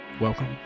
Welcome